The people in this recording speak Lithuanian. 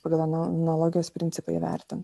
pagal analogijos principą įvertint